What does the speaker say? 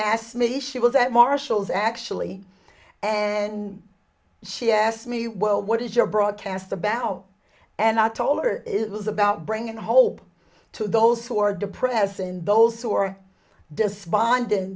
asked me if she was at marshall's actually and she asked me well what is your broadcast about and i told her it was about bringing hope to those who are depressed and those who are despondent